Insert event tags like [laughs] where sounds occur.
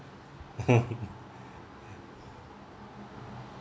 [laughs]